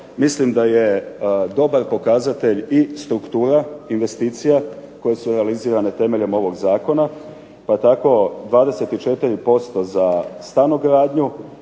mislim da je dobar pokazatelj i struktura investicija koje su analizirane temeljem ovog Zakona, tako 24% za stanogradnju,